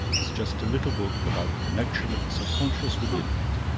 it's just a little book about the connection of the subconscious with the infinite.